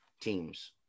teams